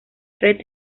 red